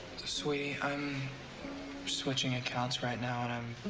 sweetie, i'm switching accounts right now, and i'm.